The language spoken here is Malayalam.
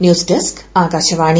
news desk Akashvani